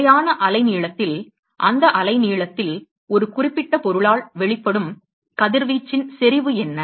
நிலையான அலைநீளத்தில் அந்த அலை நீளத்தில் ஒரு குறிப்பிட்ட பொருளால் வெளிப்படும் கதிர்வீச்சின் செறிவு என்ன